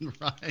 Right